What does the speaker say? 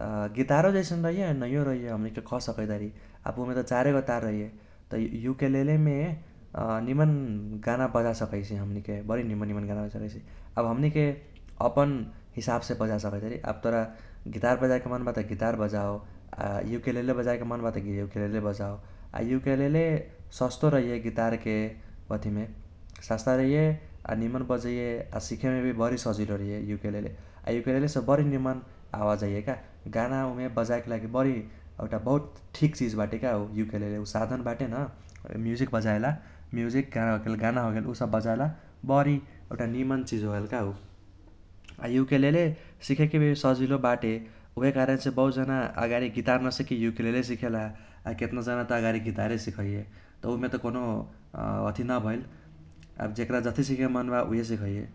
आ गितारो जैसन रहैये नैयो रहैये हमनिके कह सकैतारी। अब उमे त चारेगो तार रहैये त उकेलेलेमे निमन गाना बजा सकैसी हमनिके बरी निमन निमन गाना बजा सकैसी। अब हमनिके अपन हिसाबसे बजा सकैतारी, अब तोर गितार बजाए के मन बा त गितार बजाओ आ उकेलेके बजाए मन बा त उकेलेले बजाओ। आ उकेलेले सस्तो रहैये गितारके अथिमे सस्ता रहैये आ निमन बजैये आ सीखेमे भी बरी सजिलो रहैये उकेलेले। आ उकेलेलेसे बरी निमन आवाज आईये का, गाना ऊमे बजाईके लागि बरी एउटा बहुत ठीक चीज बाटेका ऊ उकेलेले साधन बाटे न म्यूजिक बजाए वाला, म्यूजिक होगेल गाना होगेल ऊसब बजाएला बरी एउटा निमन चीज होगेलका ऊ। आ उकेलेले सीखैके भी सजिलो बाटे उहेकारनसे बहुत जना अगाडि गितार नासिखके उकेलेले सीखेला आ केतना जना त अगाडि गितारे सीखैये। त उमे त कोनो अथि न भैल, आब जेक्रा जथी सीखे मन बा उहे सीखैये।